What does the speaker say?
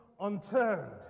unturned